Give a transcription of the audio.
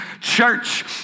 church